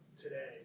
today